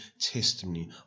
testimony